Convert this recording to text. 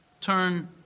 turn